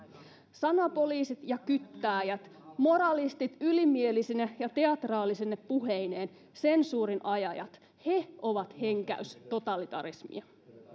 sanapoliisit ja kyttääjät moralistit ylimielisine ja teatraalisine puheineen sensuurin ajajat he ovat henkäys totalitarismia